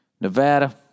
Nevada